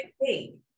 hey